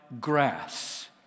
grass